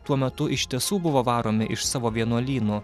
tuo metu iš tiesų buvo varomi iš savo vienuolyno